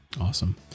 Awesome